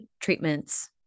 treatments